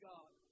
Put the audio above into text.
God